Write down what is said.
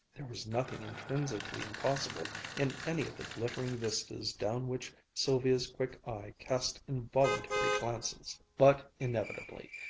there was nothing intrinsically impossible in any of the glittering vistas down which sylvia's quick eye cast involuntary glances. but inevitably,